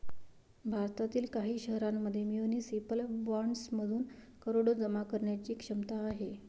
भारतातील काही शहरांमध्ये म्युनिसिपल बॉण्ड्समधून करोडो जमा करण्याची क्षमता आहे